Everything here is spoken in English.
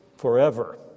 Forever